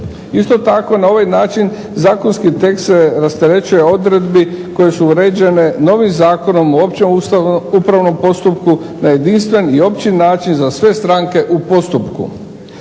Isto tako, na ovaj način zakonski tekst se rasterećuje odredbi koje su uređene novim Zakonom o općem upravnom postupku na jedinstven i opći način za sve stranke u postupku.